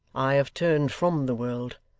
i have turned from the world,